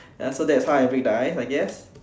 ya so that's how I break the ice I guess